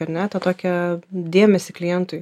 ar ne tą tokią dėmesį klientui